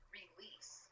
release